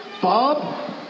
Bob